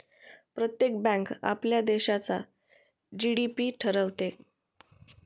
प्रत्येक बँक आपल्या देशाचा जी.डी.पी ठरवते